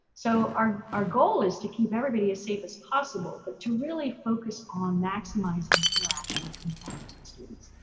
so our our goal is to keep everybody as safe as possible but to really focus on maximizing interaction between faculty and students.